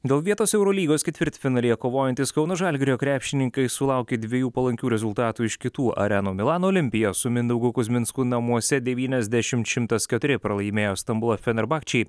dėl vietos eurolygos ketvirtfinalyje kovojantys kauno žalgirio krepšininkai sulaukė dviejų palankių rezultatų iš kitų arenų milano olimpija su mindaugu kuzminsku namuose devyniasdešim šimtas keturi pralaimėjo stambulo fenerbakčei ir